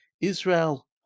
israel